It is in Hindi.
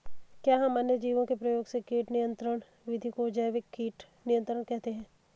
क्या हम अन्य जीवों के प्रयोग से कीट नियंत्रिण विधि को जैविक कीट नियंत्रण कहते हैं?